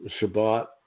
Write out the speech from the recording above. Shabbat